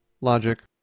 logic